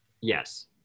Yes